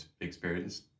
experience